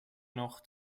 noch